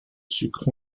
sucre